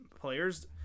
players